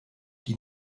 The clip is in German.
die